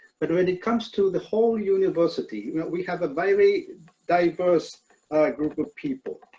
but when it comes to the whole university, you know, we have a very diverse group of people,